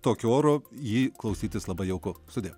tokiu oru jį klausytis labai jauku sudie